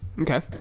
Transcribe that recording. okay